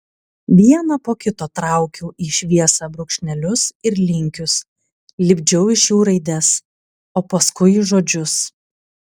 vieną po kito traukiau į šviesą brūkšnelius ir linkius lipdžiau iš jų raides o paskui žodžius